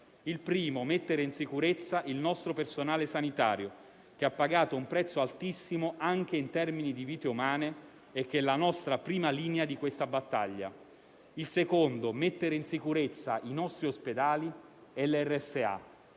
il primo, mettere in sicurezza il nostro personale sanitario, che ha pagato un prezzo altissimo anche in termini di vite umane e che è la nostra prima linea di questa battaglia; il secondo, mettere in sicurezza i nostri ospedali e le RSA;